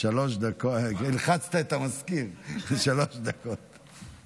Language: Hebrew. זכאות למענק לאחים ולילדים מעל גיל 21),